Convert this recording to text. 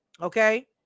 Okay